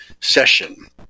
session